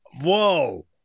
whoa